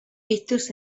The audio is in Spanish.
pictures